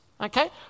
Okay